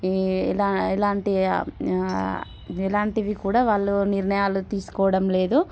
ఎలాంటి కూడా వాళ్ళు నిర్ణయాలు తీసుకోవడంలేదు